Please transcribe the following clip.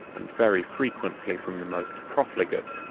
and very frequently from the most profligate,